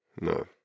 no